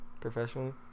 professionally